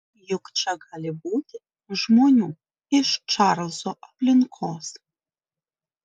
juk čia gali būti žmonių iš čarlzo aplinkos